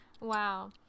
Wow